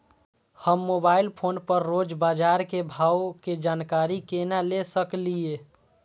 हम mobile phone पर रोज बाजार के भाव के जानकारी केना ले सकलिये?